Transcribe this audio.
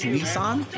Nissan